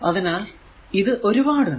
അതിനാൽ ഇത് ഒരുപാട് ഉണ്ട്